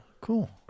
cool